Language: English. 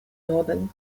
northern